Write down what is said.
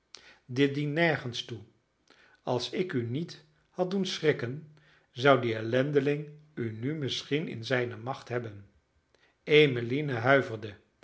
dit dient nergens toe als ik u niet had doen schrikken zou die ellendeling u nu misschien in zijne macht hebben emmeline huiverde